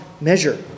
measure